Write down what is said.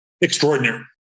extraordinary